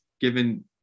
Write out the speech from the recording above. given